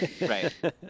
Right